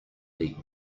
leap